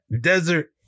desert